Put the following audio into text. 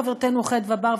חברתנו חדוה בר,